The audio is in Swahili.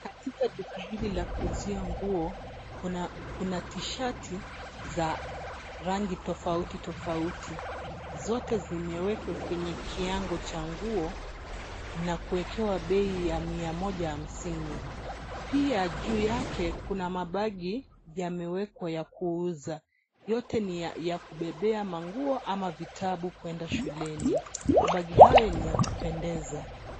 Katika duka hili la kuuzia nguo, kuna t-shirts za rangi tofauti tofauti, zote zimewekwa kwenye kiango cha nguo na kuwekewa bei ya mia moja hamsini. Pia juu yake kuna mabagi yamewekwa ya kuuza, yote ni ya kubebea nguo ama vitabu kwenda shuleni,. Mabagi hayo ni ya kupendeza.